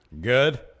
Good